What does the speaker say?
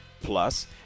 Plus